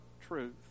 truth